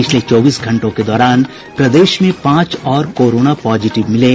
पिछले चौबीस घंटों के दौरान प्रदेश में पांच और कोरोना पॉजिटिव मिले